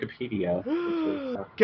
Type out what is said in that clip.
Wikipedia